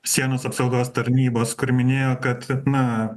sienos apsaugos tarnybos kur minėjo kad na